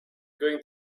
going